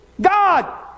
God